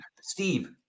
Steve